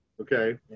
okay